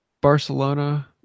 Barcelona